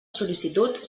sol·licitud